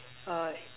uh